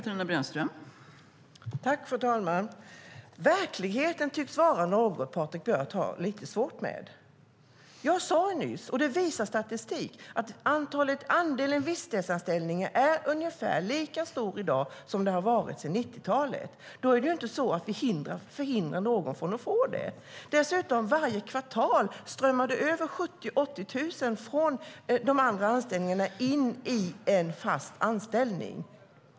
Fru talman! Verkligheten tycks vara något som Patrik Björck har lite svårt med. Jag sade nyss, och det visar statistik, att andelen visstidsanställningar är ungefär lika stor i dag som den har varit sedan 90-talet. Då är det inte så att vi förhindrar någon från att få det. Dessutom strömmar det varje kvartal över 70 000-80 000 från de andra anställningarna in i fast anställning.